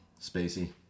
Spacey